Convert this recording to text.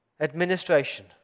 Administration